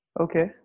Okay